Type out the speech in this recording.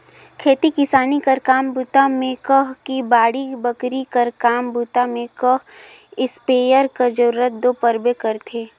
खेती किसानी कर काम बूता मे कह कि बाड़ी बखरी कर काम बूता मे कह इस्पेयर कर जरूरत दो परबे करथे